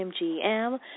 MGM